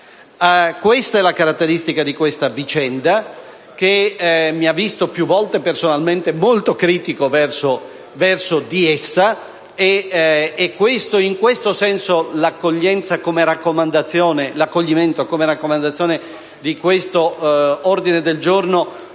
Questa è la caratteristica di questa vicenda, che mi ha visto più volte personalmente molto critico verso di essa. In questo senso, l'accoglimento come raccomandazione di questo ordine del giorno avrebbe